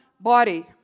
body